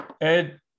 Ed